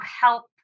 help